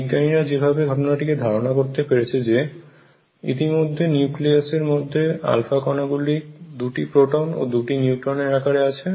বিজ্ঞানীরা যেভাবে ঘটনাটিকে ধারণা করতে পেরেছে যে ইতিমধ্যেই নিউক্লিয়াসের মধ্যে α কনা গুলি দুটি প্রোটন ও দুটি নিউট্রন এর আকারে আছে